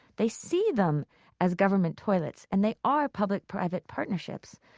they see them as government toilets and they are public-private partnerships.